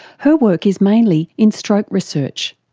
her work is mainly in stroke research.